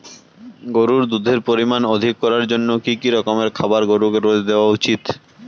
গরুর দুধের পরিমান অধিক করার জন্য কি কি রকমের খাবার গরুকে রোজ দেওয়া উচিৎ?